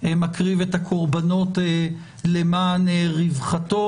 מקריב את הקורבנות למען רווחתו שלו.